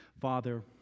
Father